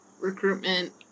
recruitment